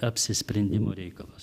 apsisprendimo reikalas